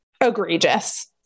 egregious